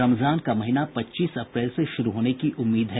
रमजान का महीना पच्चीस अप्रैल से शुरू होने की उम्मीद है